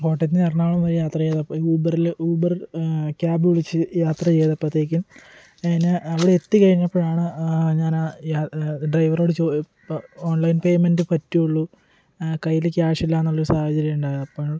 കോട്ടയത്തു നിന്ന് എറണാകുളം വരെ യാത്ര ചെയ്തപ്പോൾ ഊബറിൽ ഊബർ ക്യാബ് വിളിച്ച് യാത്ര ചെയ്തപ്പോഴത്തേക്കും അതിന് അവിടെ എത്തിക്കഴിഞ്ഞപ്പോഴാണ് ഞാൻ ആ ഡ്രൈവറോട് ഓൺലൈൻ പേയ്മെൻ്റ് പറ്റുവുള്ളൂ കയ്യിൽ ക്യാഷില്ലായെന്നുള്ളൊരു സാഹചര്യം ഉണ്ടായത് അപ്പോഴാണ്